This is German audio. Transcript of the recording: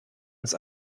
uns